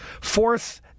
fourth